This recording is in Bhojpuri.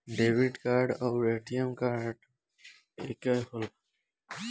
डेबिट कार्ड आउर ए.टी.एम कार्ड एके होखेला?